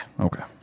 Okay